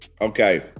Okay